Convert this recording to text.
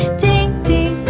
ding, ding